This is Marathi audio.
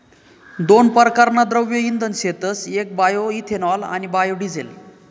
दोन परकारना द्रव्य इंधन शेतस येक बायोइथेनॉल आणि बायोडिझेल